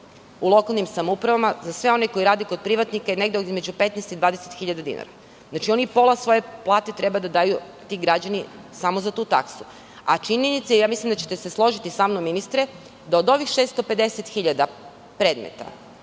u lokalnim samoupravama, za sve one koji rade kod privatnika je negde između 15 i 20 hiljada dinara. Pola svoje plate treba da daju, ti građani, samo za tu taksu. Mislim da ćete se složiti sa mnom, ministre, da od ovih 650 hiljada predmeta,